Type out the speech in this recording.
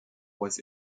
was